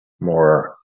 more